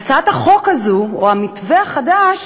והצעת החוק הזאת, המתווה החדש